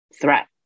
Threat